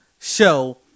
show